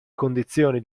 condizioni